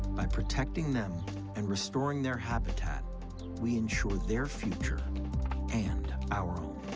by protecting them and restoring their habitat we ensure their future and our own.